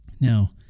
Now